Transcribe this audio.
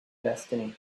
destiny